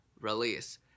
release